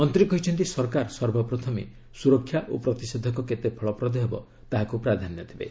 ମନ୍ତ୍ରୀ କହିଛନ୍ତି ସରକାର ସର୍ବପ୍ରଥମେ ସୁରକ୍ଷା ଓ ପ୍ରତିଷେଧକ କେତେ ଫଳପ୍ରଦ ହେବ ତାହାକୁ ପ୍ରାଧାନ୍ୟ ଦେବେ